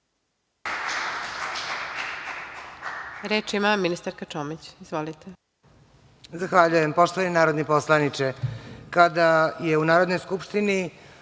Reč ima ministarka Čomić. Izvolite.